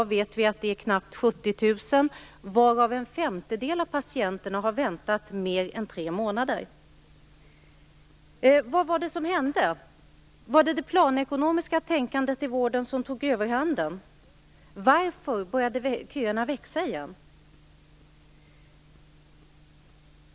Vi vet att det i dag är knappt 70 000 patienter i kö, varav en femtedel har väntat mer än tre månader. Vad var det som hände? Var det det planekonomiska tänkandet i vården som tog överhanden? Varför började köerna växa igen?